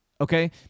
okay